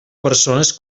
persones